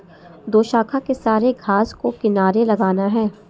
दोशाखा से सारे घास को किनारे लगाना है